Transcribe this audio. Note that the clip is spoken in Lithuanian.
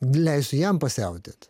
leisiu jam pasiautėt